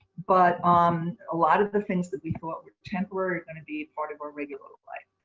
but um a lot of the things that we thought were temporary are going to be part of our regular life.